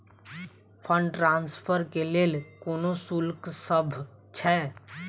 Fund transfer केँ लेल कोनो शुल्कसभ छै?